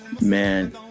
man